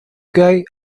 guys